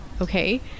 okay